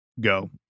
go